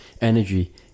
energy